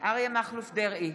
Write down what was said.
אריה מכלוף דרעי,